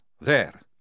There